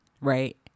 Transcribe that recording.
right